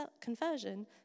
conversion